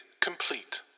complete